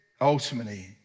ultimately